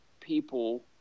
people